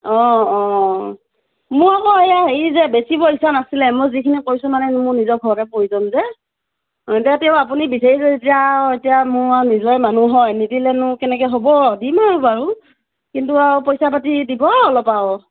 অ অ মোক আকৌ এয়া হেৰি যে বেচিব ইচ্ছা নাছিলে মই যিখিনি কৰিছোঁ মানে মোৰ নিজৰ ঘৰতে প্ৰয়োজন যে অ এতিয়া তেও আপুনি বিচাৰিছে যেতিয়া আৰু এতিয়া মোৰ আৰু নিজৰ মানুহ হয় নিদিলেনো কেনেকৈ হ'ব দিম আৰু বাৰু কিন্তু আৰু পইচা পাতি দিব অলপ আৰু